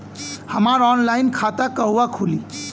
हमार ऑनलाइन खाता कहवा खुली?